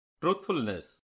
Truthfulness